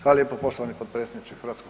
Hvala lijepo poštovani potpredsjedniče HS.